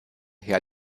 herr